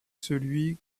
celui